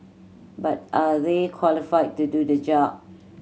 but are they qualified to do the job